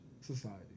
society